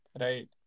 Right